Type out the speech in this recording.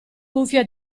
cuffia